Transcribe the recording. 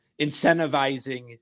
incentivizing